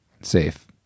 safe